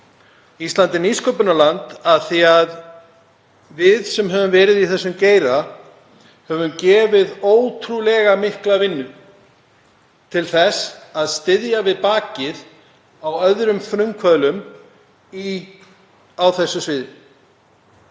Ísland er nýsköpunarland af því að við sem höfum verið í þessum geira höfum gefið ótrúlega mikla vinnu til þess að styðja við bakið á öðrum frumkvöðlum á þessu sviði.